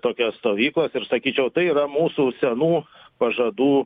tokias stovyklas ir sakyčiau tai yra mūsų senų pažadų